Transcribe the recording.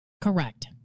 Correct